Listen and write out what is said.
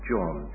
John